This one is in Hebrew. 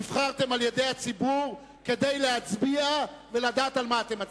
נבחרתם על-ידי הציבור כדי להצביע ולדעת על מה אתם מצביעים.